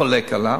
חולק עליו,